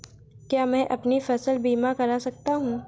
क्या मैं अपनी फसल बीमा करा सकती हूँ?